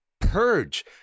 purge